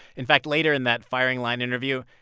in fact, later in that firing line interview,